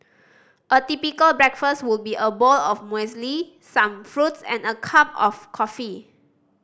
a typical breakfast would be a bowl of muesli some fruits and a cup of coffee